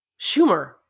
Schumer